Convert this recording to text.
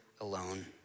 alone